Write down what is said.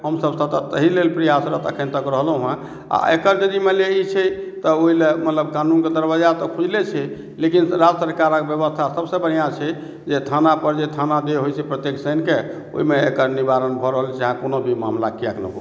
हमसब सतत ताहिलेल प्रयासरत एखनतक रहलौ हँ आओर एकर यदि मानि लिअ ई छै तऽ ओहिलए मतलब कानूनके दरवाजा तऽ खुजले छै लेकिन राज्य सरकारके बेबस्था सबसँ बढ़िया छै जे थानापर जे थाना जे होइ छै प्रत्येक शनिके ओहिमे एकर निवारण भऽ रहल छै अहाँके कोनो भी मामला किएक नहि हो